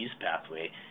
pathway